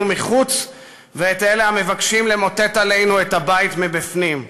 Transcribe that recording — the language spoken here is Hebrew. מחוץ ואת אלה המבקשים למוטט עלינו את הבית מבפנים.